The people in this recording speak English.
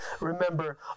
remember